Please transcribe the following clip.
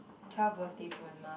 twelfth birthday from my mum